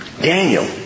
Daniel